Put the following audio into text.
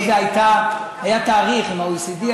היות שהיה תאריך עם ה-OECD,